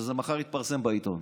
שזה מחר יתפרסם בעיתון,